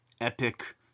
epic